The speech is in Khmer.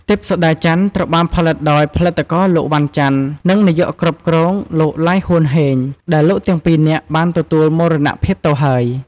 ទិព្វសូដាច័ន្ទ ត្រូវបានផលិតដោយផលិតករលោក វណ្ណ ចន្ទ និងនាយកគ្រប់គ្រងលោក ឡាយហួន ហេង ដែលលោកទាំងពីរនាក់បានទទួលមរណភាពទៅហើយ។